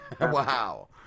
Wow